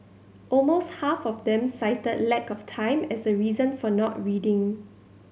almost half of them cited lack of time as a reason for not reading